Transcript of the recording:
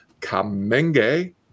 Kamenge